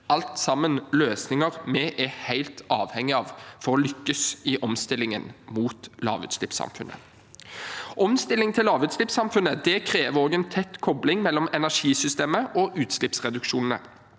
Alt sammen er løsninger vi er helt avhengige av for å lykkes i omstillingen mot lavutslippsamfunnet. Omstillingen til lavutslippsamfunnet krever også en tett kobling mellom energisystemet og utslippsreduksjonene.